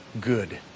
good